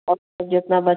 और जितना बच